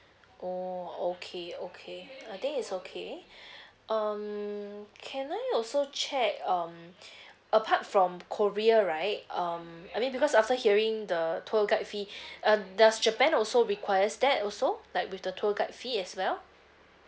oo okay okay I think it's okay um can I also check um apart from korea right um I mean because after hearing the tour guide fee uh does japan also requires that also like with the tour guide fee as well